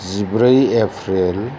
जिब्रै एप्रिल